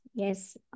Yes